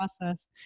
process